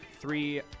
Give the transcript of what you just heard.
three